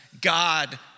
God